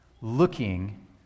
looking